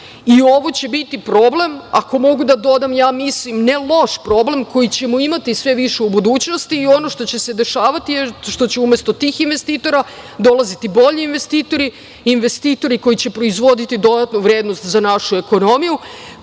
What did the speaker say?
i ovo će biti problem, ako mogu da dodam, ja mislim, ne loš problem, koji ćemo imati sve više u budućnosti i ono što će se dešavati je to što će umesto tih investitora dolaziti bolji investitori, investitori koji će proizvoditi dodatnu vrednost za našu ekonomiju,